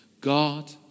God